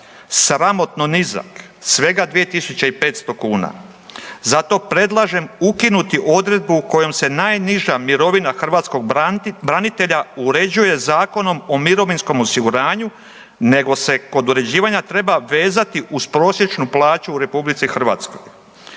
sramotno nizak svega 2500 kuna. Zato predlažem ukinuti odredbu kojom se najniža mirovina hrvatskog branitelja uređuje Zakonom o mirovinskom osiguranju, nego se kod uređivanja treba vezati uz prosječnu plaću u RH. Zakon